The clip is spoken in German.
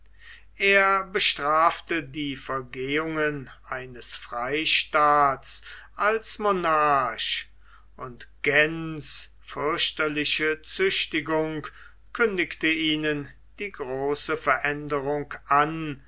er bestrafte die vergehungen eines freistaats als monarch und gents fürchterliche züchtigung kündigte ihnen die große veränderung an